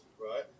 right